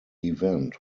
event